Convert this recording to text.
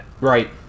Right